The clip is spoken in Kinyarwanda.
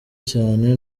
cyane